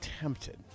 tempted